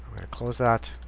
close that.